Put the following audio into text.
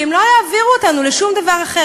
כי הם לא יעבירו אותנו לשום דבר אחר.